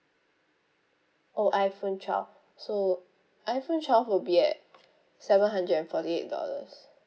oh iphone twelve so iphone twelve will be at seven hundred and forty eight dollars